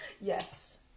Yes